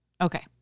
Okay